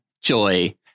Joy